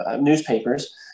newspapers